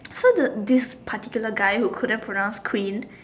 so the this particular guy who couldn't pronounce queen